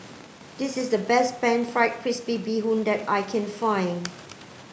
this is the best pan fried crispy bee Hoon that I can find